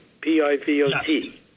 P-I-V-O-T